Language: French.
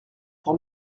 pour